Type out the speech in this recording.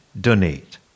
donate